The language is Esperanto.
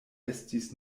estis